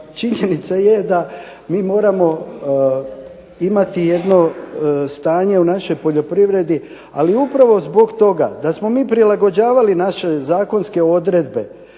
činjenica je da mi moramo imati jedno stanje u našoj poljoprivredi, ali upravo zbog toga da smo mi prilagođavali naše zakonske odredbe